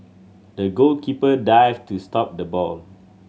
the goalkeeper dived to stop the ball